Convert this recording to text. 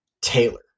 Taylor